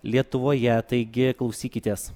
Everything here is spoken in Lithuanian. lietuvoje taigi klausykitės